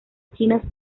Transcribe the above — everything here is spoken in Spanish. chinas